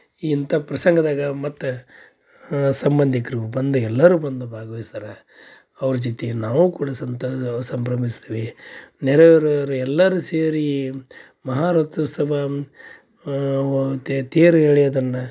ಇಂಥ ಪ್ರಸಂಗದಾಗ ಮತ್ತು ಸಂಬಂಧಿಕರು ಬಂದು ಎಲ್ಲರು ಬಂದು ಭಾಗವಹಿಸ್ತಾರ ಅವ್ರ ಜೊತಿಗೆ ನಾವೂ ಕೂಡ ಸಂತೋ ಸಂಭ್ರಮಿಸ್ತೀವಿ ನೆರೆಯವ್ರವ್ರು ಎಲ್ಲರೂ ಸೇರಿ ಮಹಾರಥೋತ್ಸವ ತೇರು ಎಳೆಯೋದನ್ನು